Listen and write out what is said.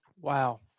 Wow